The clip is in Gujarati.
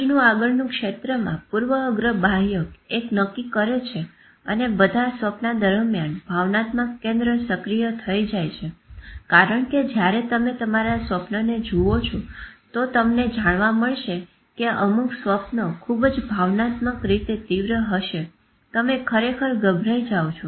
મગજનું આગળનું ક્ષેત્રમાં પૂર્વ અગ્ર બાહ્યક એક નક્કી કરે છે અને બધા સ્વપ્ના દરમિયાન ભાવનાત્મક કેન્દ્ર સક્રિય થઇ જાય છે કારણ કે જયારે તમે તમારા સ્વપ્નાને જુઓ છો તો તમને જાણવા મળશે કે અમુક સ્વપ્નો ખુબ જ ભાવનાત્મક રીતે તીવ્ર હશે તમે ખરેખર ગભરાઈ જાવ છો